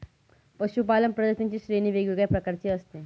पशूपालन प्रजातींची श्रेणी वेगवेगळ्या प्रकारची असते